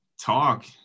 talk